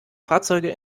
fahrzeuge